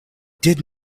did